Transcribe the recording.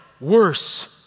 worse